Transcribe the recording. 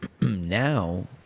now